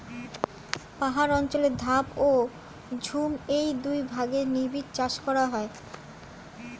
পাহাড় অঞ্চলে ধাপ ও ঝুম এই দুই ভাগে নিবিড় চাষ করা হয়